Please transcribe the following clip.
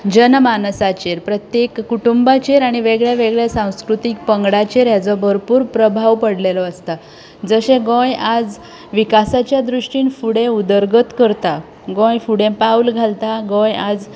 जनमानसाचेर प्रत्येक कुटुंबाचेर आनी वेगळ्या वेगळ्या सांस्कृतीक पंगडाचेर हेचो भरपूर प्रभाव पडलेलो आसता जशें गोंय आयज विकासाच्या दृश्टीन फुडें उदरगत करता गोंय फुडें पावल घालता गोंय आयज